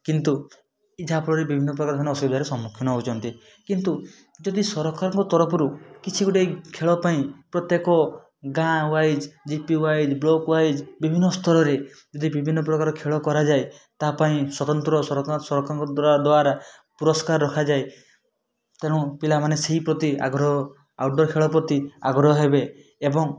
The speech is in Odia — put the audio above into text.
କିନ୍ତୁ ଏ ଯାହା ଫଳରେ ବିଭିନ୍ନ ପ୍ରକାର ଅସୁବିଧାରେ ସମ୍ମୁଖୀନ ହେଉଛନ୍ତି କିନ୍ତୁ ଯଦି ସରକାରଙ୍କ ତରଫରୁ କିଛି ଗୋଟେ ଖେଳ ପାଇଁ ପ୍ରତ୍ୟକ ଗାଁ wise GP wise block wise ବିଭିନ୍ନ ସ୍ଥଳରେ ଯଦି ବିଭିନ୍ନ ପ୍ରକାର ଖେଳ କରାଯାଏ ତା' ପାଇଁ ସ୍ୱତନ୍ତ୍ର ସରକାରଙ୍କ ଦ୍ଵାରା ପୁରଷ୍କାର ରଖାଯାଏ ତେଣୁ ପିଲାମାନେ ସେଇ ପ୍ରତି ଆଗ୍ରହ ଆଉଟଡୋର୍ ଖେଳ ପ୍ରତି ଆଗ୍ରହ ହେବେ ଏବଂ